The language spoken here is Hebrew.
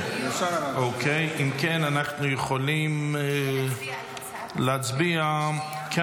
אם כן, אנחנו יכולים --- להצביע על